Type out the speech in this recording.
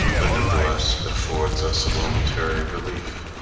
but nevertheless it affords us momentary relief.